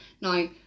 Now